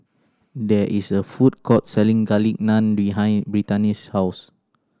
there is a food court selling Garlic Naan behind Brittany's house